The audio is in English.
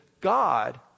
God